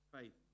Faith